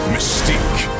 Mystique